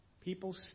people